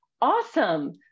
Awesome